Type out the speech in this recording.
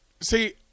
See